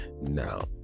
Now